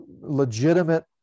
legitimate